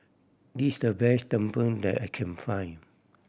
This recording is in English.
this is the best tumpeng that I can find